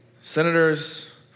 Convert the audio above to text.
senators